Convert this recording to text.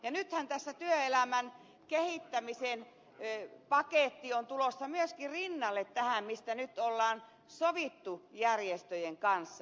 nythän tässä työelämän kehittämisen paketti on tulossa myöskin rinnalle tähän mistä on sovittu järjestöjen kanssa